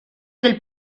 del